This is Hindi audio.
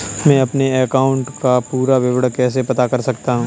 मैं अपने बैंक अकाउंट का पूरा विवरण कैसे पता कर सकता हूँ?